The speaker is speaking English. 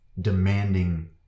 demanding